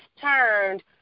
turned